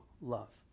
love